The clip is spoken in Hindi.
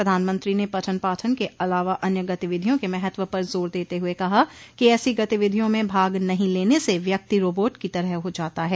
प्रधानमंत्री ने पठन पाठन के अलावा अन्य गतिविधियों के महत्व पर जोर देते हुए कहा कि ऐसी गतिविधियां में भाग नहीं लेने से व्यक्ति रॉबोट की तरह हो जाता है